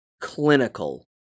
clinical